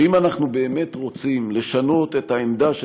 שאם אנחנו באמת רוצים לשנות את העמדה של